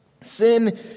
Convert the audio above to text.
Sin